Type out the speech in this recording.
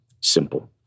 simple